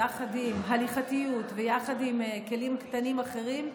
יחד עם הליכתיות ויחד עם כלים קטנים אחרים,